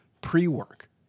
pre-work